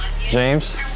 James